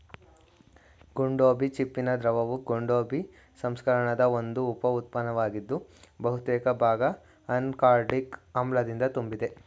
ಗೋಡಂಬಿ ಚಿಪ್ಪಿನ ದ್ರವವು ಗೋಡಂಬಿ ಸಂಸ್ಕರಣದ ಒಂದು ಉಪ ಉತ್ಪನ್ನವಾಗಿದ್ದು ಬಹುತೇಕ ಭಾಗ ಅನಾಕಾರ್ಡಿಕ್ ಆಮ್ಲದಿಂದ ತುಂಬಿದೆ